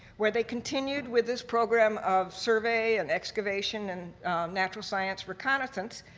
where they continued with this program of survey and excavation and natural science reconnaissance.